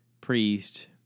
priest